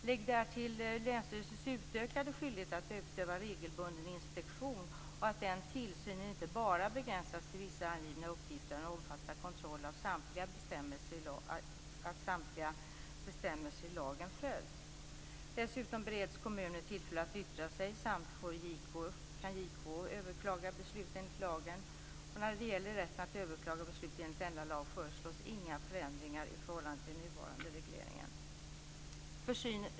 Lägg därtill länsstyrelsens utökade skyldighet att utöva regelbunden inspektion och att den tillsynen inte bara begränsas till vissa angivna uppgifter utan även omfattar kontroll av att samtliga bestämmelser i lagen följs. Dessutom bereds kommuner tillfälle att yttra sig, och JK kan överklaga beslut enligt lagen. När det gäller rätten att överklaga beslut enligt denna lag föreslås inga förändringar i förhållande till den nuvarande regleringen.